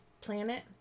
Planet